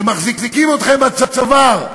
שמחזיקים אתכם בצוואר,